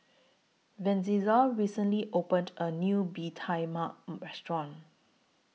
Vincenza recently opened A New Bee Tai Mak Restaurant